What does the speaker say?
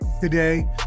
today